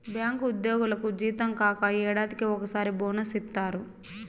bank ఉద్యోగులకు జీతం కాక ఏడాదికి ఒకసారి బోనస్ ఇత్తారు